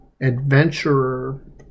Adventurer